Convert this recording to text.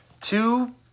Two